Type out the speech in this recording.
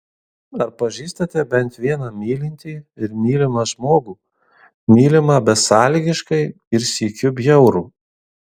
ar pažįstate bent vieną mylintį ir mylimą žmogų mylimą besąlygiškai ir sykiu bjaurų